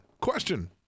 question